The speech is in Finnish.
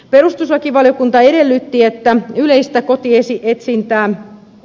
perustuslakivaliokunta edellytti että yleistä kotiliesi etsintä